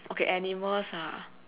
okay animals ah